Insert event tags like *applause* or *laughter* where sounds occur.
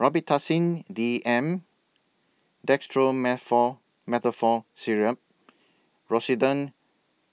Robitussin D M *unintelligible* Syrup Rosiden